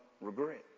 regret